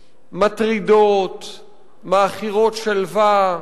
מטרידות, מעכירות שלווה.